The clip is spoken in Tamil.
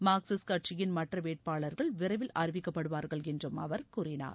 மார்க்சிஸ்ட் கட்சியின் மற்ற வேட்பாளர்கள் விரைவில் அறிவிக்கப்படுவார்கள் என்றும் அவர் கூறினார்